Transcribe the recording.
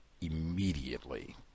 immediately